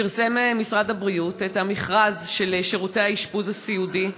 פרסם משרד הבריאות את המכרז של שירותי האשפוז הסיעודי,